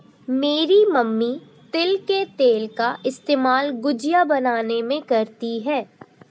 मेरी मम्मी तिल के तेल का इस्तेमाल गुजिया बनाने में करती है